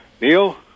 Neil